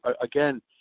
Again